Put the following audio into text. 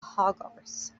hogarth